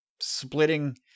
splitting